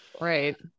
right